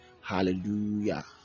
Hallelujah